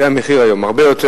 זה הרבה יותר.